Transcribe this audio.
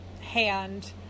hand